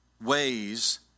ways